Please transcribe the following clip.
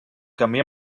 camí